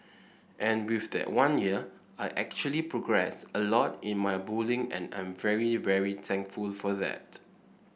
and with that one year I actually progressed a lot in my bowling and I'm very very thankful for that